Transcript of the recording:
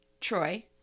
Troy